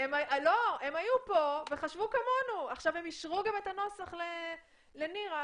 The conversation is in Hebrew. הם היו פה וחשבו כמונו ואישרו את הנוסח לנירה.